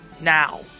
Now